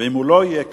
ואם הוא לא יהיה כאן,